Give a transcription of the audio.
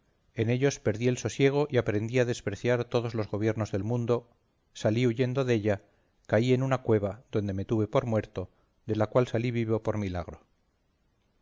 en ellos perdí el sosiego y aprendí a despreciar todos los gobiernos del mundo salí huyendo della caí en una cueva donde me tuve por muerto de la cual salí vivo por milagro